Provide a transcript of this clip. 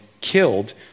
killed